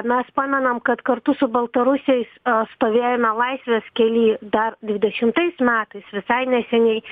mes pamenam kad kartu su baltarusiais stovėjome laisvės kely dar dvidešimais metais visai neseniai